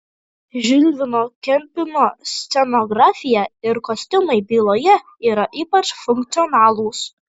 žilvino kempino scenografija ir kostiumai byloje yra ypač funkcionalūs